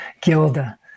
Gilda